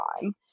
time